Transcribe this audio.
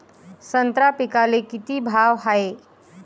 संत्रा पिकाले किती भाव हाये?